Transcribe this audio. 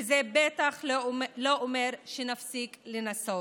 וזה בטח לא אומר שנפסיק לנסות.